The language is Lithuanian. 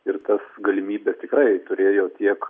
ir tas galimybė tikrai turėjo tiek